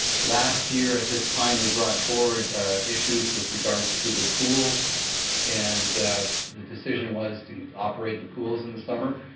last year at this time we brought forward issues with regards to the pools and the decision was to operate the pools in the summer.